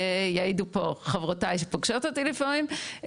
יעידו פה חברותיי שפוגשות אותי לפעמים,